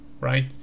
right